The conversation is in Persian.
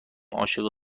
عاشق